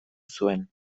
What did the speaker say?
zuen